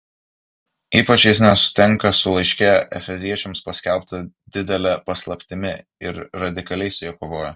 ypač jis nesutinka su laiške efeziečiams paskelbta didele paslaptimi ir radikaliai su ja kovoja